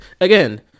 again